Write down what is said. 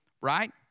right